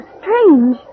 strange